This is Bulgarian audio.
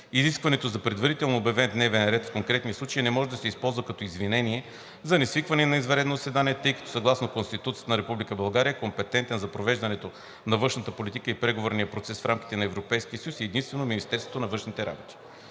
Изискването за предварително обявен дневен ред в конкретния случай не може да се използва като извинение за несвикване на извънредно заседание, тъй като съгласно Конституцията на Република България, компетентно за провеждането на външната политика и преговорния процес в рамките на Европейския съюз, е единствено Министерството на външните работи.